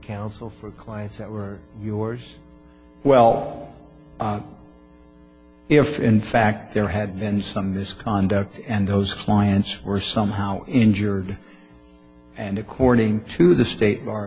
counsel for the clients that were yours well if in fact there had been some this conduct and those clients were somehow injured and according to the state